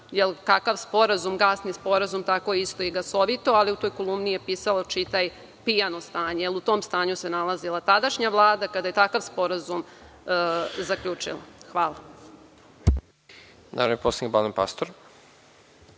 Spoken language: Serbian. kakav sporazum, gasni sporazum, takvo je isto i gasovito, ali, u toj kolumni je pisalo – čitaj pijano stanje, jer u tom stanju se nalazila tadašnja Vlada kada je takav sporazum zaključila. Hvala. **Nebojša Stefanović**